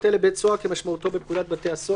אלה: "בית סוהר" כמשמעותו בפקודת בתי הסוהר,